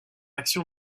action